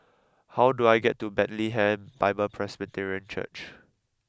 how do I get to Bethlehem Bible Presbyterian Church